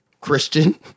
Christian